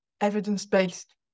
evidence-based